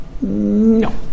no